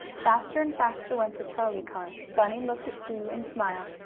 faster and faster went the trolley car. bunny looked at sue and smiled,